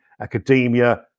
academia